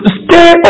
stay